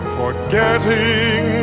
forgetting